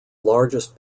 largest